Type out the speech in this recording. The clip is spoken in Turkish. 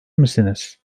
misiniz